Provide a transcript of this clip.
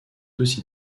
aussi